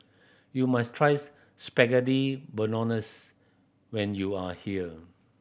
you must try Spaghetti Bolognese when you are here